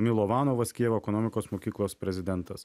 milovanovas kijevo ekonomikos mokyklos prezidentas